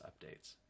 updates